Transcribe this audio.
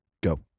go